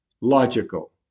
logical